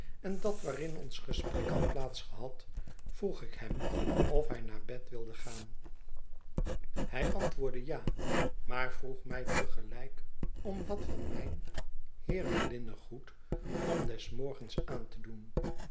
en dat waarin ons gesprek had plaats gehad vroeg ik hem of hij naar bed wild e gaan hij antwoordde ja maar vroeg mij te gelijk om wat van mijn heeren linnengoed om des morgens aan te doen